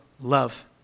love